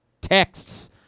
texts